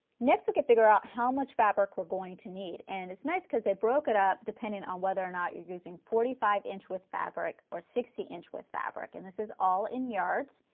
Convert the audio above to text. next we can figure out how much fabric we are going to need and it's nice because i broke it up depending on whether or not you are using forty five inch with fabric or sixty inch with fabric and this is all in yards.